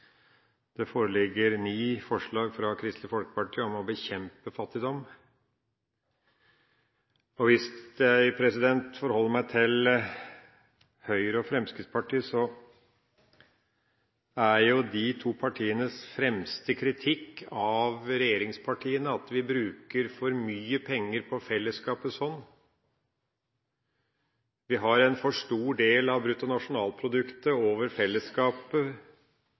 Det foreligger 9 forslag fra Kristelig Folkeparti om å bekjempe fattigdom. Hvis jeg forholder meg til Høyre og Fremskrittspartiet, er de to partienes fremste kritikk av regjeringspartiene at man bruker for mye penger på fellesskapets hånd, at vi har en for stor del av bruttonasjonalproduktet over fellesskapet